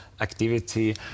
activity